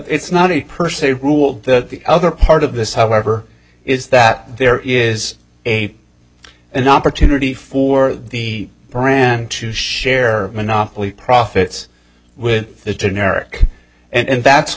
it's not a per se ruled that the other part of this however is that there is a an opportunity for the brand to share monopoly profits with the generic and that's